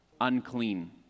Unclean